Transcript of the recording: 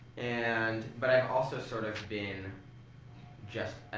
and, but i've also, sort of, been just,